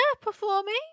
performing